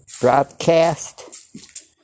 broadcast